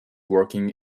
working